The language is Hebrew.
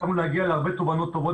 הצלחנו להגיע להרבה תובנות טובות